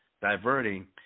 diverting